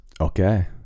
Okay